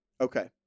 Okay